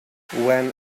when